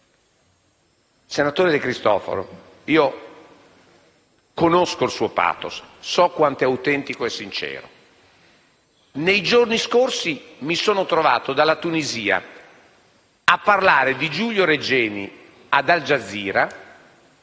Senatore De Cristofaro, conosco il suo *pathos*, so quanto sia autentico e sincero. Nei giorni scorsi mi sono trovato dalla Tunisia a parlare di Giulio Regeni ad «Al Jazeera»